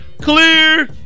Clear